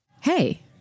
Hey